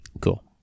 cool